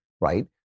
right